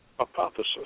hypothesis